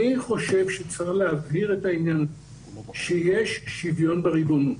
אני חושב שצריך להבהיר את העניין שיש שוויון בריבונות.